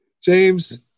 James